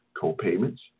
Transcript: co-payments